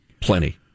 plenty